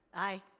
aye.